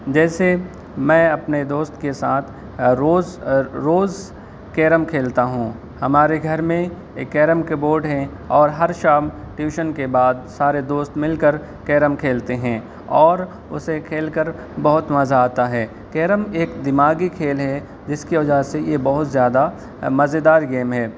جیسے میں اپنے دوست کے ساتھ روز روز کیرم کھیلتا ہوں ہمارے گھر میں ایک کیرم کے بوڈ ہیں اور ہر شام ٹیوشن کے بعد سارے دوست مل کر کیرم کھیلتے ہیں اور اسے کھیل کر بہت مزہ آتا ہے کیرم ایک دماغی کھیل ہے جس کی وجہ سے یہ بہت زیادہ مزے دار گیم ہے